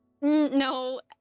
No